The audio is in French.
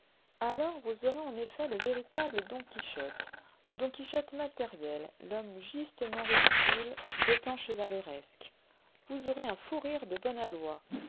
alors vous aurez en effet le véritable don quichotte le don quichotte matériel l'homme justement ridicule des temps chevaleresques vous aurez un fou rire de bon aloi